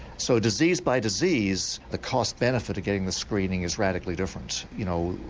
so disease by disease, the cost benefit of getting the screening is radically different, you know,